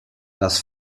das